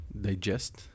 digest